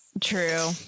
True